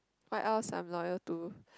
what else I'm loyal to